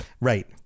right